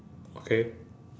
okay